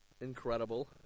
Incredible